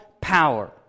power